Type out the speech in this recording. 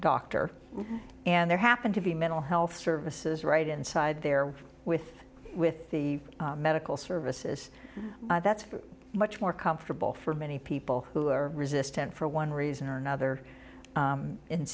doctor and there happen to be mental health services right inside there with with the medical services that's much more comfortable for many people who are resistant for one reason or another